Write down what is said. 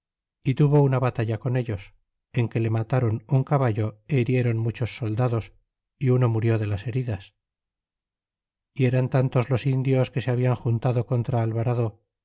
y tuvo una batalla con ellos en que le matron un caballo é hirieron muchos soldados é uno murió de las heridas y eran tantos los indios que se habian juntado contra